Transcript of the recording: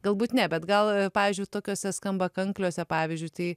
galbūt ne bet gal pavyzdžiui tokiose skamba kankliuose pavyzdžiui tai